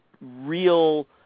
real